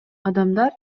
адамдар